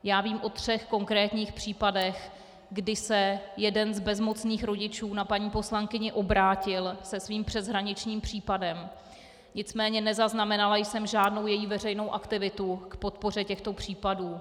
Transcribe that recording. Já vím o třech konkrétních případech, kdy se jeden z bezmocných rodičů na paní poslankyni obrátil se svým přeshraničním případem, nicméně nezaznamenala jsem žádnou její veřejnou aktivitu k podpoře těchto případů.